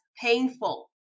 painful